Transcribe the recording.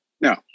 No